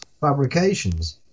fabrications